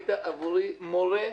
היית עבורי מורה דרך.